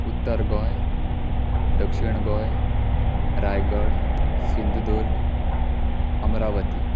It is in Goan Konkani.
उत्तर गोंय दक्षीण गोंय रायगड सिंधुदूर्ग अम्रावती